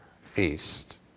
feast